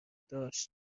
داشت